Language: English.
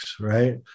right